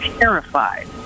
terrified